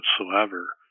whatsoever